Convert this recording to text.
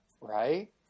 Right